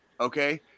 okay